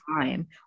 time